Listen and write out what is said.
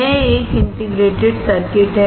यह एक integrated circuit है